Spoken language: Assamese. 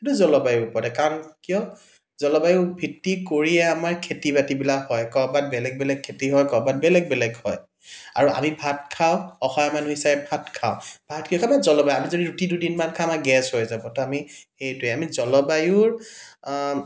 সেইটো জলবায়ুৰ ওপৰতে কাৰণ কিয় জলবায়ু ভিত্তি কৰিয়ে আমাৰ খেতি বাতিবিলাক হয় কৰবাত বেলেগ বেলেগ খেতি হয় কৰবাত বেলেগ বেলেগ হয় আৰু আমি ভাত খাওঁ অসমীয়া মানুহ হিচাপে ভাত খাওঁ ভাত কিহৰ কাৰণে জলবায়ু আমি যদি ৰুটি দুদিনমান খাওঁ আমাৰ গেছ হৈ যাব তহ আমি সেইটোৱে আমি জলবায়ুৰ